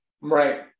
right